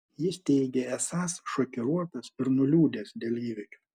jis teigė esąs šokiruotas ir nuliūdęs dėl įvykių